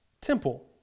temple